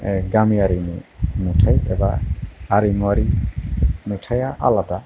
गामियारिनि नुथाय एबा आरिमुवारि नुथाया आलादा